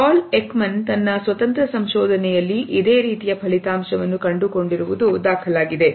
ಪಾಲಕ್ ಮನ್ ತನ್ನ ಸ್ವತಂತ್ರ ಸಂಶೋಧನೆಯಲ್ಲಿ ಇದೇ ರೀತಿಯ ಫಲಿತಾಂಶವನ್ನು ಕಂಡುಕೊಂಡಿರುವುದು ದಾಖಲಾಗಿದೆ